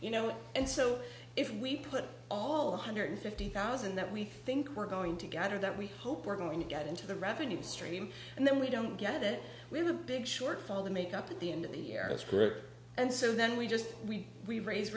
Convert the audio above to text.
you know and so if we put all the hundred fifty thousand that we think we're going to gather that we hope we're going to get into the revenue stream and then we don't get it when the big shortfall the make up at the end of the year is pure and so then we just we we raise